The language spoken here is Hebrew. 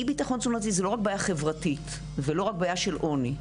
אי בטחון תזונתי זה לא רק בעיה חברתית ולא רק בעיה של עוני,